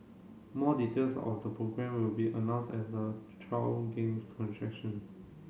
more details of the programme will be announced as the trial gain contraction